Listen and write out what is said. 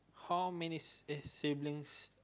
how many si~ eh siblings